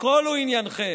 הכול הוא עניינכם.